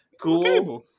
Cool